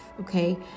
okay